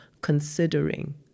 Considering